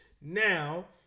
now